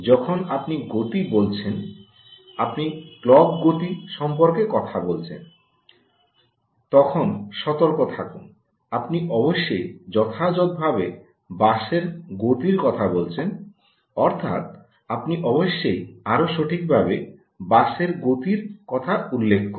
যখন আপনি গতি বলছেন আপনি ক্লক গতি সম্পর্কে কথা বলছেন তখন সতর্ক থাকুন আপনি অবশ্যই যথাযথভাবে বাসের গতির কথা বলছেন অর্থাৎ আপনি অবশ্যই আরও সঠিকভাবে বাসের গতির কথা উল্লেখ করছেন